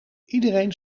iedereen